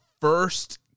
first